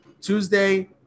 tuesday